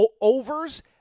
overs